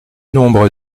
nombre